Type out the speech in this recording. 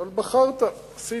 אבל בחרת, עשית.